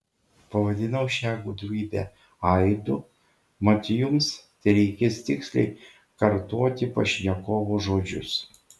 pavadinau šią gudrybę aidu mat jums tereikės tiksliai kartoti pašnekovo žodžius